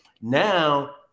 Now